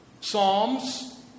Psalms